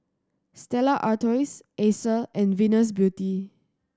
Stella Artois Acer and Venus Beauty